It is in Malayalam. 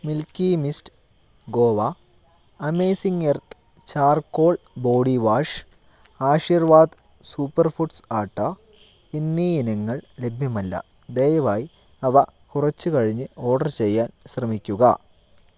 milky mist Goa amazing earth charcoal body wash Aashirvaad super foods atta എന്നീ ഇനങ്ങൾ ലഭ്യമല്ല ദയവായി അവ കുറച്ചു കഴിഞ്ഞു ഓർഡർ ചെയ്യാൻ ശ്രമിക്കുക